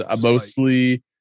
mostly